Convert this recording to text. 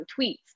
tweets